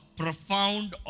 profound